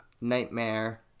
Nightmare